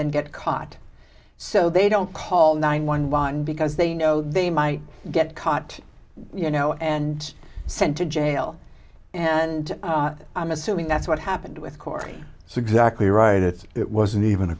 than get caught so they don't call nine one one because they know they might get caught you know and sent to jail and i'm assuming that's what happened with corey so exactly right that it wasn't even a